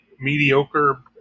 mediocre